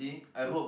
to